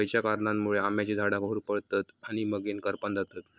खयच्या कारणांमुळे आम्याची झाडा होरपळतत आणि मगेन करपान जातत?